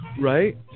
Right